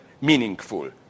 meaningful